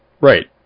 Right